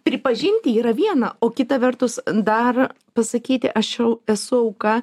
pripažinti yra viena o kita vertus dar pasakyti aš jau esu auka